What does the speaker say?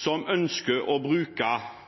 som ønsker å bruke